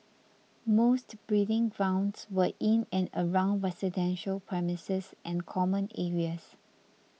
most breeding grounds were in and around residential premises and common areas